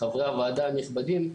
חברי הוועדה הנכבדים.